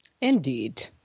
Indeed